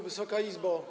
Wysoka Izbo!